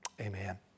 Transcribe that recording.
Amen